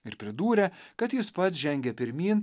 ir pridūrė kad jis pats žengia pirmyn